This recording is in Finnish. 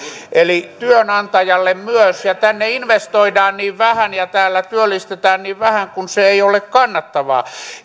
eli työnantajalle myös tänne investoidaan niin vähän ja täällä työllistetään niin vähän koska se ei ole kannattavaa